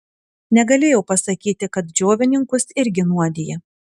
negalėjau pasakyti kad džiovininkus irgi nuodija